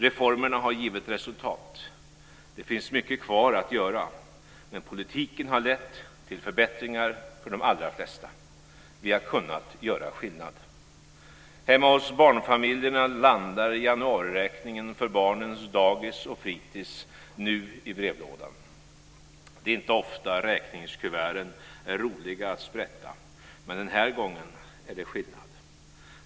Reformerna har givit resultat. Det finns mycket kvar att göra, men politiken har lett till förbättringar för de allra flesta. Vi har kunnat göra skillnad. Hemma hos barnfamiljerna landar januariräkningen för barnens dagis och fritis nu i brevlådan. Det är inte ofta räkningskuverten är roliga att sprätta, men den här gången är det skillnad.